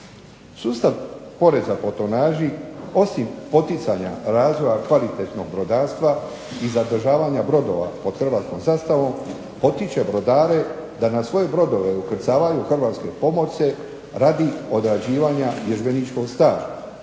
Sustav poreza po tonaži osim poticanja razvoja kvalitetnog brodarstva i zadržavanja brodova pod hrvatskom zastavom potiče brodare da na svoje brodove ukrcavaju hrvatske pomorce radi odrađivanja vježbeničkog staža